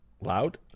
loud